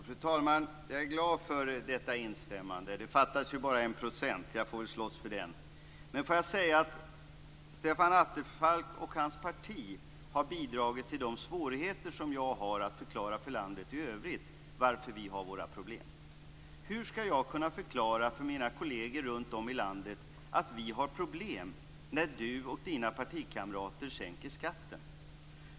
Fru talman! Jag är glad för detta instämmande. Det fattas ju bara 1 %. Jag får väl slåss för den. Låt mig sedan säga att Stefan Attefall och hans parti har bidragit till de svårigheter jag har att förklara för landet i övrigt varför vi har våra problem. Hur skall jag kunna förklara för mina kolleger runtom i landet att vi har problem när Stefan Attefall och hans partikamrater sänker skatten?